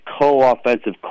co-offensive